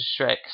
Shrek